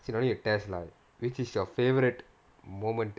see don't need to test lah which is your favourite moment